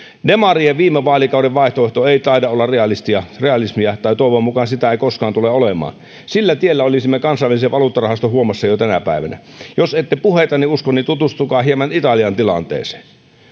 demarien viime vaalikauden vaihtoehto ei taida olla realismia realismia toivon mukaan ei sitä koskaan tule olemaan sillä tiellä olisimme kansainvälisen valuuttarahaston huomassa jo tänä päivänä jos ette puheitani usko niin tutustukaa hieman italian tilanteeseen